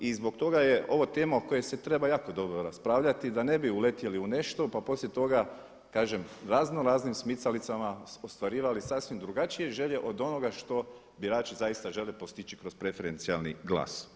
I zbog toga je ovo tema o kojoj se treba jako dobro raspravljati da ne bi uletjeli u nešto pa poslije toga kažem razno raznim smicalicama ostvarivali sasvim drugačije želje od onoga što birači zaista žele postići kroz preferencijalni glas.